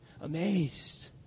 amazed